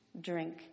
drink